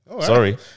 Sorry